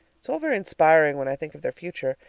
it's all very inspiring when i think of their futures,